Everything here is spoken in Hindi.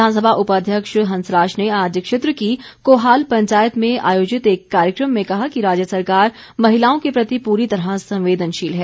विधानसभा उपाध्यक्ष हंसराज ने आज क्षेत्र की कोहाल पंचायत में आयोजित एक कार्यक्रम में कहा कि राज्य सरकार महिलाओं के प्रति पूरी तरह संवेदनशील है